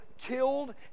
killed